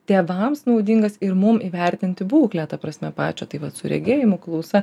tėvams naudingas ir mum įvertinti būklę ta prasme pačią tai vat su regėjimu klausa